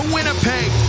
Winnipeg